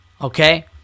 Okay